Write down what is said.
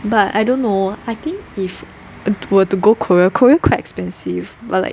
but I don't know I think if I were to go Korea Korea quite expensive well like